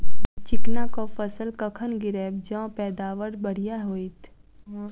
चिकना कऽ फसल कखन गिरैब जँ पैदावार बढ़िया होइत?